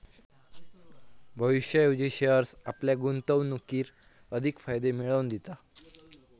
भविष्याऐवजी शेअर्स आपल्या गुंतवणुकीर अधिक फायदे मिळवन दिता